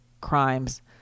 crimes